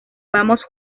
vamos